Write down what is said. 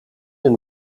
een